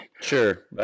Sure